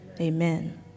Amen